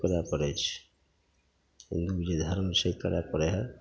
सब करै पड़ै छै हिन्दू जे धर्म छै करै पड़ै हइ